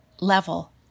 level